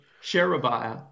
Sherebiah